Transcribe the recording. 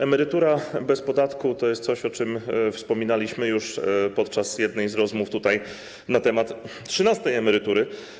Emerytura bez podatku to jest coś, o czym wspominaliśmy już tutaj podczas jednej z rozmów na temat trzynastej emerytury.